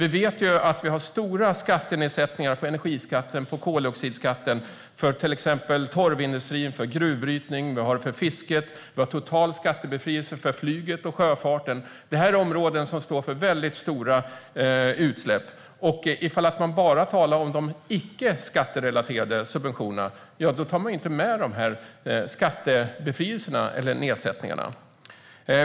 Vi vet ju att vi har stora skattenedsättningar på energiskatten och koldioxidskatten för till exempel torvindustrin, gruvbrytningen och fisket. Vi har total skattebefrielse för flyget och sjöfarten. Detta är områden som står för väldigt stora utsläpp, och ifall man bara talar om de icke skatterelaterade subventionerna tar man ju inte med dessa skattebefrielser och nedsättningar.